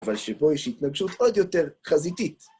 אבל שבו יש התנגשות עוד יותר חזיתית.